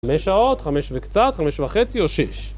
5 שעות, 5 וקצת, 5 וחצי או 6